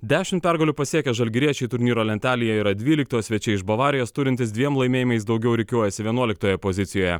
dešim pergalių pasiekę žalgiriečiai turnyro lentelėje yra dvylikti o svečiai iš bavarijos turintys dviem laimėjimais daugiau rikiuojasi vienuoliktoje pozicijoje